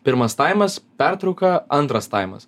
pirmas taimas pertrauka antras taimas